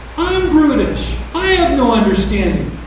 i'm brutish! i have no understanding!